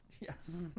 Yes